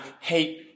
hate